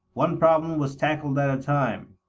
one problem was tackled at a time.